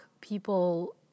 people